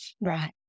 Right